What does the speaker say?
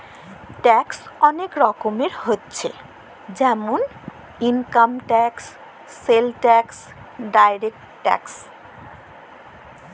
ট্যাক্সের ওলেক রকমের হচ্যে জেমল income tax, sales tax, direct tax